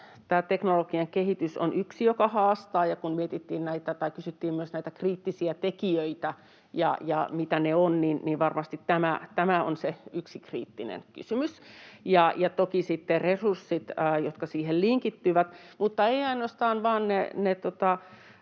tämä teknologinen kehitys on yksi, joka haastaa. Ja kun kysyttiin myös näitä kriittisiä tekijöitä ja mitä ne ovat, niin varmasti tämä on yksi kriittinen kysymys, ja toki sitten resurssit, jotka siihen linkittyvät, mutta ei ainoastaan vain ne